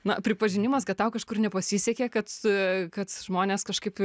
na pripažinimas kad tau kažkur nepasisekė kad kad žmonės kažkaip